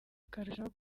akarushaho